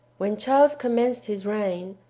when charles commenced his reign,